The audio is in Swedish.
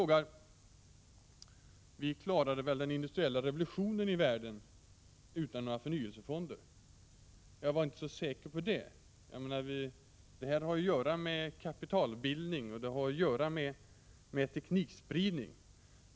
2 december 1986 Hugo Hegeland säger: Vi klarade väl den industriella revolutionen i världen utan några förnyelsefonder. Ja, var inte så säker på det! Detta har att göra med kapitalbildning och med teknikspridning.